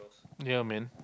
ya man